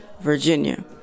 Virginia